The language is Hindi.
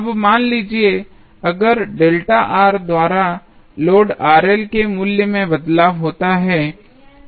अब मान लीजिए अगर ΔR द्वारा लोड के मूल्य में बदलाव होता है